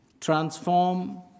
transform